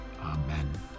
Amen